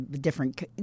different